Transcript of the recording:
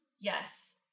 Yes